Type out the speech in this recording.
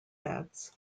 fats